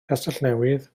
castellnewydd